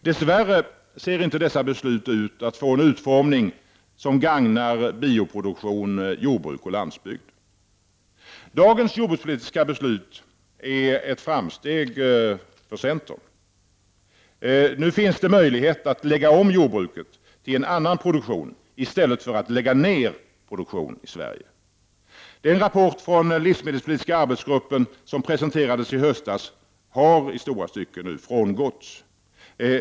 Dess värre ser inte dessa beslut ut att få en utformning som gagnar bioproduktion, jordbruk och landsbygd. Dagens jordbrukspolitiska beslut är ett framsteg för centern. Nu finns det möjlighet att lägga om jordbruket till en annan produktion i stället för att lägga ner produktion i Sverige. Den rapport från livsmedelspolitiska arbetsgruppen som presenterades i höstas har i stora stycken nu frångåtts.